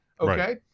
okay